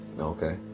Okay